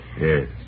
Yes